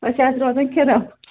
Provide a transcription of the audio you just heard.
أسۍ حظ روزان کھِرم